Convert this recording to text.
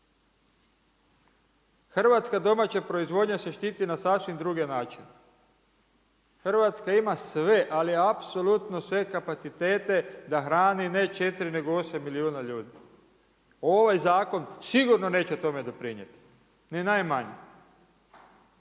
Hrvatska domaća proizvodnja se štiti na sasvim druge načine. Hrvatska ima sve, ali apsolutno sve kapacitete, da hrani ne 4, nego 8 milijuna ljudi. Ovaj zakon sigurno neće tome doprinijeti. Niti najmanje.